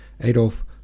Adolf